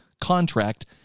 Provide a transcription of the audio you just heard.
contract